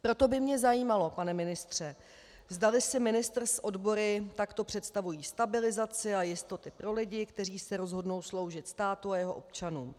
Proto by mě zajímalo, pane ministře, zdali si ministr s odbory takto představují stabilizaci a jistoty pro lidi, kteří se rozhodnou sloužit státu a jeho občanům.